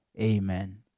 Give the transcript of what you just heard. Amen